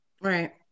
Right